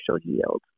yield